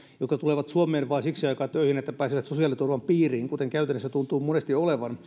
jotka tulevat suomeen vain siksi aikaa töihin että pääsevät sosiaaliturvan piiriin kuten käytännössä tuntuu monesti olevan